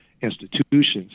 institutions